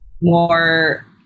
more